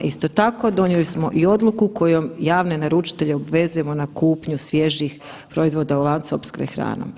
Isto tako donijeli smo i odluku kojom javne naručitelje obvezujemo na kupnju svježih proizvoda u lancu opskrbe hranom.